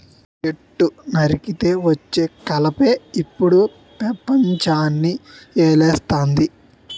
చెట్టు నరికితే వచ్చే కలపే ఇప్పుడు పెపంచాన్ని ఏలేస్తంది